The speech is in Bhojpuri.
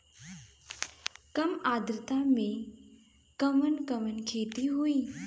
कम आद्रता में कवन कवन खेती होई?